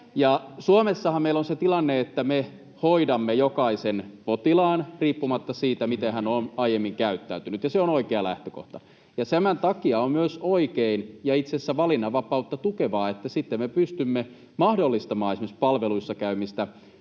Suomessahan meillä on se tilanne, että me hoidamme jokaisen potilaan riippumatta siitä, miten hän on aiemmin käyttäytynyt, ja se on oikea lähtökohta. Tämän takia on myös oikein ja itse asiassa valinnanvapautta tukevaa, että sitten me pystymme pandemiasta huolimatta tämän